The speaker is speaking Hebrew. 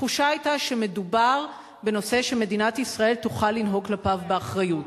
התחושה היתה שמדובר בנושא שמדינת ישראל תוכל לנהוג כלפיו באחריות.